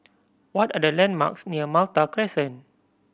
what are the landmarks near Malta Crescent